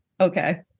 Okay